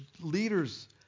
leaders